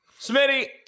Smitty